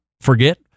forget